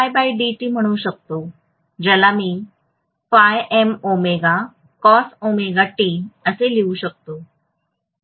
ज्याला म्हणू शकतो ज्याला मी असे लिहू शकतो हेच प्रेरित ईएमएफ होणार आहे